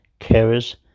carers